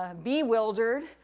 ah bee-wildered,